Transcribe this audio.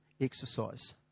exercise